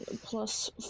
Plus